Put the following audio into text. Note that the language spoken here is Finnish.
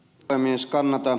kannatan ed